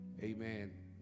Amen